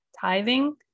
tithing